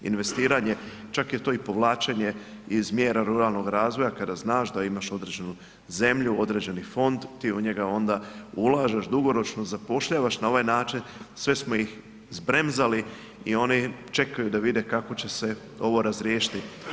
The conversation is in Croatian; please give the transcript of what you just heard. Investiranje, čak je to i povlačenje iz mjera ruralnog razvoja kada znaš da imaš određenu zemlju, određeni fond, ti u njega onda ulažeš, dugoročno zapošljavaš, na ovaj način sve smo ih zbremzali i oni čekaju da vide kako će se ovo razriješiti.